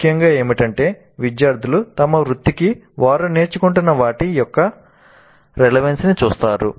ముఖ్యంగా ఏమిటంటే విద్యార్థులు తమ వృత్తికి వారు నేర్చుకుంటున్న వాటి యొక్క రెలెవెన్స్ ని చూస్తారు